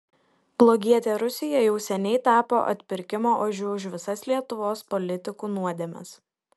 blogietė rusija jau seniai tapo atpirkimo ožiu už visas lietuvos politikų nuodėmes